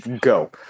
go